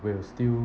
we'll still